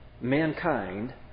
mankind